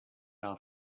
fell